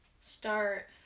start